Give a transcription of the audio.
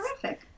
Terrific